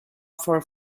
for